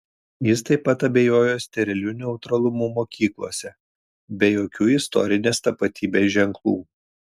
jis taip pat abejojo steriliu neutralumu mokyklose be jokių istorinės tapatybės ženklų